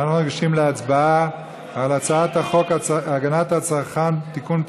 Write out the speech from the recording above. אנחנו ניגשים להצבעה על הצעת חוק הגנת הצרכן (תיקון,